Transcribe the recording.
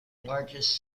largest